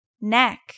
Neck